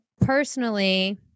personally